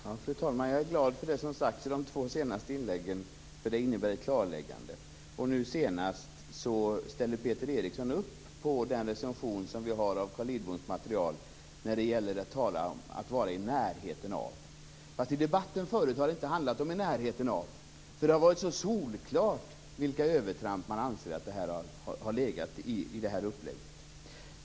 Fru talman! Jag är glad för det som har sagts i de två senaste inläggen. Det innebär ett klarläggande. Peter Eriksson ställde sig bakom den recension som vi har gjort av Carl Lidboms material när det gäller uttrycket "vara i närheten av". Men i debatten har det inte handlat om "i närheten av", eftersom det har varit så solklart vilka övertramp som det har varit fråga om.